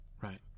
right